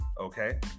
Okay